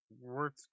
worth